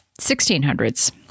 1600s